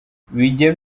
bijya